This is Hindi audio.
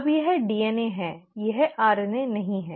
अब यह DNA है यह RNA नहीं है